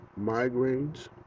migraines